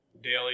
daily